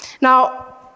Now